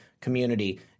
community